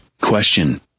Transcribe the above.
Question